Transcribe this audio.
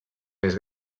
més